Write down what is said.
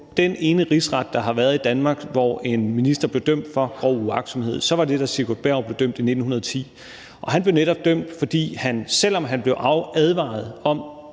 den ene rigsretssag, der har været i Danmark, hvor en minister blev dømt for grov uagtsomhed, så var det, da Sigurd Berg blev dømt i 1910. Og han blev netop dømt, fordi han, selv om han blev advaret af